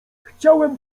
chciałem